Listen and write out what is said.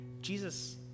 Jesus